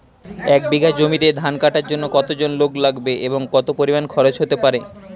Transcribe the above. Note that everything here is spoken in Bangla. এক বিঘা জমিতে ধান কাটার জন্য কতজন লোক লাগবে এবং কত পরিমান খরচ হতে পারে?